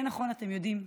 כן, נכון, אתם יודעים,